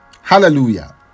Hallelujah